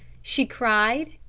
she cried,